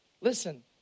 Listen